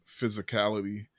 physicality